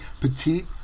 petite